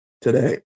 today